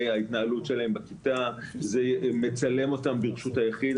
ההתנהלות שלהם בכיתה וזה מצלם אותם ברשות היחיד.